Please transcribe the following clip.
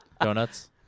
donuts